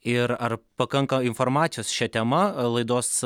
ir ar pakanka informacijos šia tema laidos